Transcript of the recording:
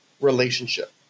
relationship